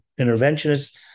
interventionist